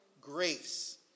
Grace